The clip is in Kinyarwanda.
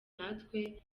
natwe